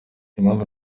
impamvu